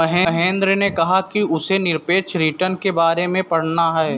महेंद्र ने कहा कि उसे निरपेक्ष रिटर्न के बारे में पढ़ना है